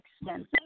extensive